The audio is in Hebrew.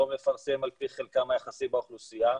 מפרסם על פי חלקם היחסי באוכלוסייה.